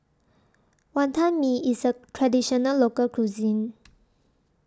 Wantan Mee IS A Traditional Local Cuisine